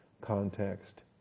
context